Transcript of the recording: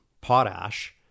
potash